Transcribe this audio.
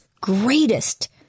greatest